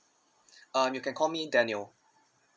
uh you can call me daniel